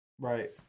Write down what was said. Right